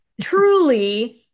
Truly